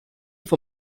for